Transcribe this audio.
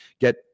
get